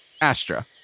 Astra